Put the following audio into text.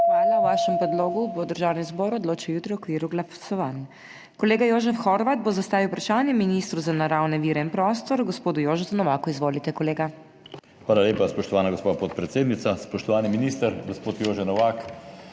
Hvala. O vašem predlogu bo Državni zbor odločil jutri v okviru glasovanj. Kolega Jožef Horvat bo zastavil vprašanje ministru za naravne vire in prostor gospodu Jožetu Novaku. Izvolite, kolega. **JOŽEF HORVAT (PS NSi):** Hvala lepa, spoštovana gospa podpredsednica. Spoštovani minister gospod Jože Novak.